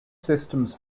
systems